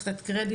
צריך לתת קרדיט,